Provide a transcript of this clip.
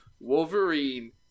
wolverine